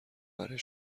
برای